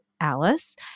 Alice